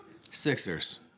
Sixers